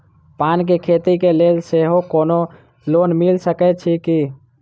पान केँ खेती केँ लेल सेहो कोनो लोन मिल सकै छी की?